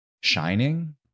Shining